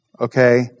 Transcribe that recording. okay